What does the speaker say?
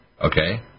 okay